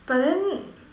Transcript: but then